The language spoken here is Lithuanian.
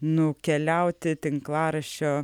nukeliauti tinklaraščio